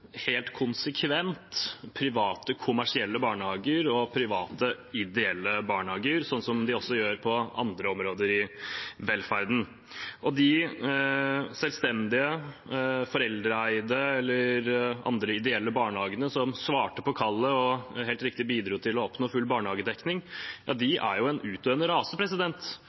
helt konsekvent private kommersielle barnehager og private ideelle barnehager, som de også gjør på andre områder i velferden. De selvstendige, foreldreeide eller andre ideelle barnehagene som svarte på kallet og helt riktig bidro til å oppnå full barnehagedekning, er jo en utdøende rase,